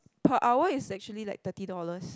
per hour is actually like thirty dollars